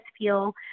feel